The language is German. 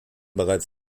bereits